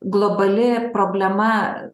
globali problema